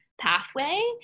pathway